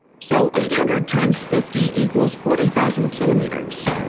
so, eight hundred times fifty equals forty thousand kilometers.